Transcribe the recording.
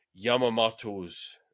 Yamamoto's